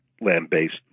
land-based